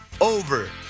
over